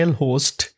host